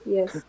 Yes